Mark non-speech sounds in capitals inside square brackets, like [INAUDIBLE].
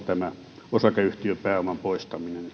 tämä osakeyhtiöpääoman poistaminen [UNINTELLIGIBLE]